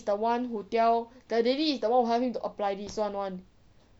the one who tell the lady is the one who help him to apply this one [one]